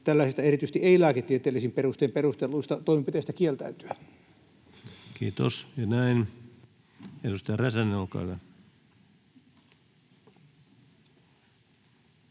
tällaisista erityisesti ei-lääketieteellisin perustein perustelluista toimenpiteistä kieltäytyä. [Speech 133] Speaker: